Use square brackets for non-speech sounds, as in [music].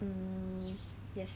[breath]